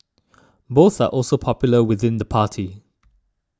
both are also popular within the party